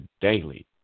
daily